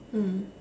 mm